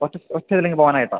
ഒറ്റ ഒറ്റ ഇതിലിങ്ങ് പോവാനായിട്ടാണ്